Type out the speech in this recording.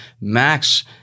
Max